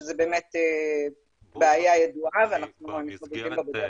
שזו באמת בעיה ידועה ואנחנו מטפלים בה.